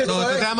אתה יודע,